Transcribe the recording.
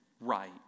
right